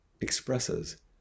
expresses